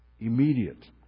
immediate